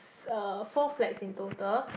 ~s uh four flags in total